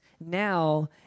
now